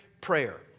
prayer